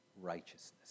righteousness